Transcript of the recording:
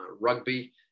rugby